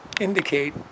indicate